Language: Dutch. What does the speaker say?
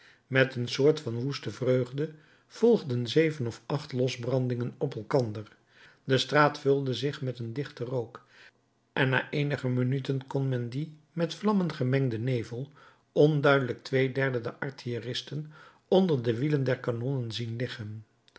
met een soort van woeste vreugde volgden zeven of acht losbrandingen op elkander de straat vulde zich met een dichten rook en na eenige minuten kon men door dien met vlammen gemengden nevel onduidelijk twee derden der artilleristen onder de wielen der kanonnen zien